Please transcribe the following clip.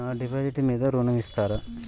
నా డిపాజిట్ మీద ఋణం ఇస్తారా?